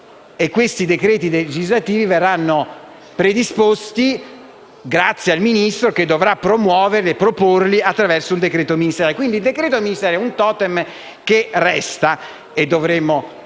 con i decreti legislativi, che verranno predisposti grazie al Ministro che dovrà promuoverli e proporli attraverso un decreto ministeriale. Quindi il decreto ministeriale è un totem che resta. E dovremo